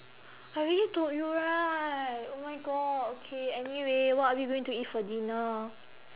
I already told you right oh my god okay anyway what are we going to eat for dinner